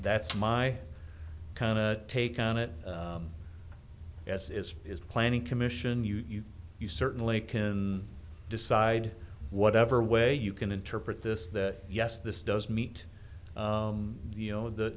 that's my kind of take on it as is is planning commission you you certainly can decide whatever way you can interpret this that yes this does meet the you know the